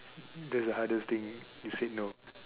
the hardest thing you said no